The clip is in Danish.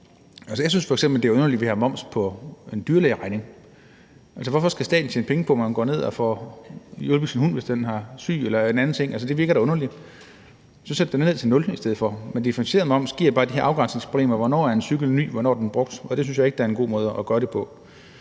Jeg synes f.eks., det er underligt, at vi har moms på en dyrlægeregning. Hvorfor skal staten tjene penge på, at man går ned og får hjulpet sin hund, hvis den er syg eller en anden ting? Det virker da underligt. Så sæt den ned til nul i stedet for, men en differentieret moms giver bare de her afgrænsningsproblemer med, hvornår en cykel er ny, og hvornår den er brugt, og det synes jeg ikke er en god måde at gøre det på.